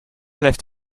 left